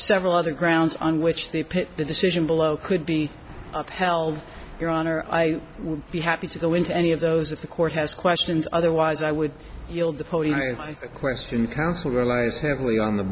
several other grounds on which they picked the decision below could be upheld your honor i would be happy to go into any of those if the court has questions otherwise i would yield the question counsel relies heavily on the